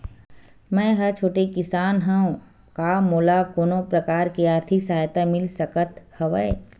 मै ह छोटे किसान हंव का मोला कोनो प्रकार के आर्थिक सहायता मिल सकत हवय?